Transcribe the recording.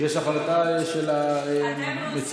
יש החלטה של המציעים?